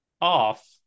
off